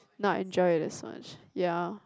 not enjoy it as much ya